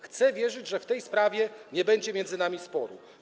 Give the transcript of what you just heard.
Chcę wierzyć, że w tej sprawie nie będzie między nami sporu.